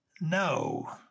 no